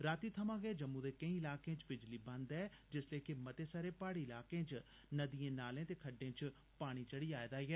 राती थमा गै केई इलाकें च बिजली बंद ऐ जिसलै कि मते सारे पहाड़ी इलाकें च नदिएं नालें ते खड़डें च पानी चढ़ी आए दा ऐ